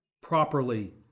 properly